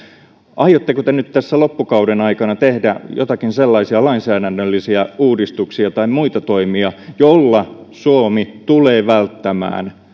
aiotteko te nyt tässä loppuvuoden aikana tehdä jotakin sellaisia lainsäädännöllisiä uudistuksia tai muita toimia joilla suomi tulee välttämään